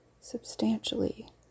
substantially